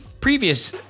previous